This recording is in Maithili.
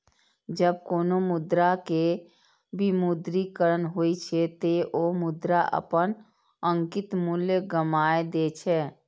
जब कोनो मुद्रा के विमुद्रीकरण होइ छै, ते ओ मुद्रा अपन अंकित मूल्य गमाय दै छै